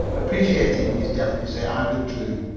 appreciating his delicacy i withdrew,